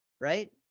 right